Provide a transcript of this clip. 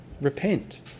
repent